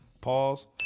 Pause